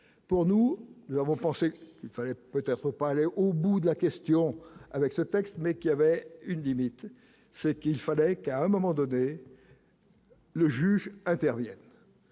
pour nous, nous avons pensé qu'il fallait peut-être pas aller au bout de la question : avec ce texte mais qu'il y avait une limite ce qu'il fallait qu'à moment donné, le juge intervienne,